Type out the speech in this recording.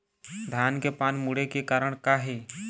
धान के पान मुड़े के कारण का हे?